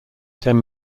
ten